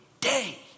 day